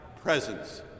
presence